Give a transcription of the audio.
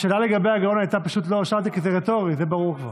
השאלה לגבי ה"גאון" הייתה רטורית, זה ברור.